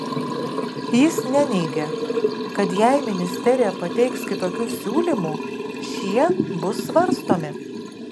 jis neneigė kad jei ministerija pateiks kitokių siūlymų šie bus svarstomi